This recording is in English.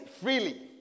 freely